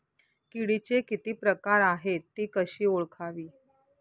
किडीचे किती प्रकार आहेत? ति कशी ओळखावी?